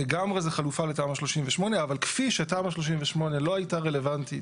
לגמרי זו חלופה לתמ"א 38. אבל כפי שתמ"א 38 לא הייתה רלוונטית